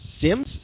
Sims